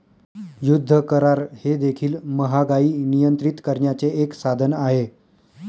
युद्ध करार हे देखील महागाई नियंत्रित करण्याचे एक साधन आहे